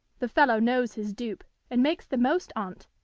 the fellow knows his dupe, and makes the most on't,